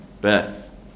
Beth